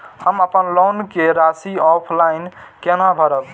हम अपन लोन के राशि ऑफलाइन केना भरब?